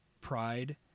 pride